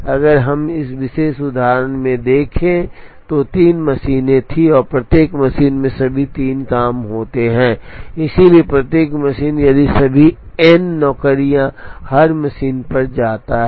अगर हम अब इस विशेष उदाहरण में देखें तो 3 मशीनें थीं और प्रत्येक मशीन में सभी तीन काम होते हैं इसलिए प्रत्येक मशीन यदि सभी n नौकरियां हर मशीन पर जाती हैं